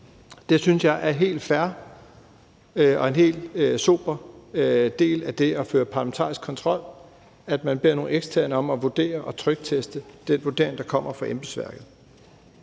Det synes jeg er helt fair og en helt sober del af det at føre parlamentarisk kontrol, altså at man beder nogle eksterne om at vurdere og trykteste den vurdering, der kommer fra embedsværket.